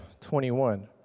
21